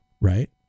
right